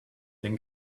then